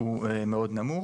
הוא מאוד נמוך